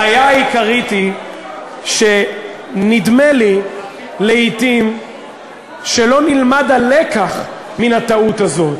העיקרית היא שנדמה לי לעתים שלא נלמד הלקח מהטעות הזאת.